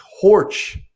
torch